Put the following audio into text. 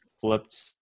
flipped